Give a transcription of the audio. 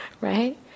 right